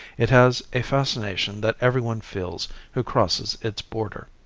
it has a fascination that every one feels who crosses its border.